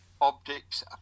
objects